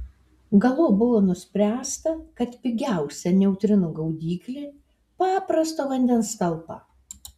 galop buvo nuspręsta kad pigiausia neutrinų gaudyklė paprasto vandens talpa